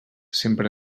sempre